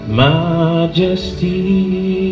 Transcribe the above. majesty